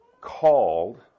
called